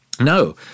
No